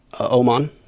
Oman